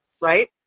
Right